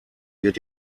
wird